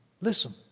Listen